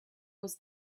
was